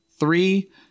Three